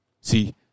See